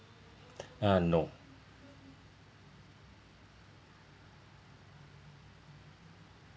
uh no